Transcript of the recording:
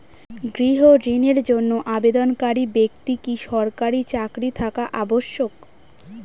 গৃহ ঋণের জন্য আবেদনকারী ব্যক্তি কি সরকারি চাকরি থাকা আবশ্যক?